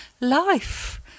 life